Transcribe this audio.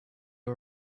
are